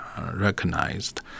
recognized